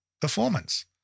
Performance